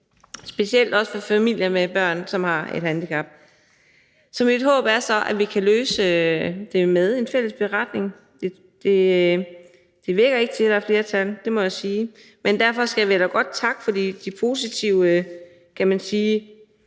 specielt for familier med børn, som har et handicap. Så mit håb er, at vi kan løse det med en fælles beretning. Det virker ikke til, at der er flertal – det må jeg sige – men derfor vil jeg da alligevel godt takke for de positive ting, kan man sige,